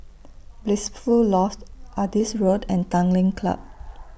Blissful Loft Adis Road and Tanglin Club